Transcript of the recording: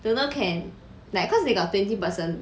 don't know can like cause they got twenty person